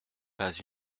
pas